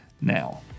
now